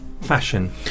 fashion